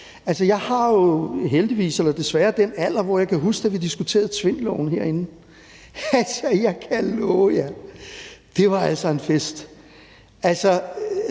eller desværre, den alder, hvor jeg kan huske, da vi diskuterede Tvindloven herinde. Jeg kan love jer – det var altså en fest.